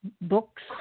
books